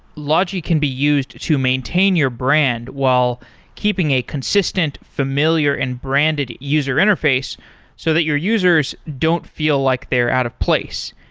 logi can be used to maintain your brand while keeping a consistent familiar and branded user interface so that your users don't feel like they're out of place.